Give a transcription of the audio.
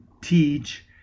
teach